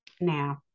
Now